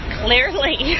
clearly